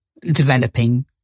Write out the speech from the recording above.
developing